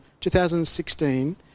2016